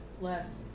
less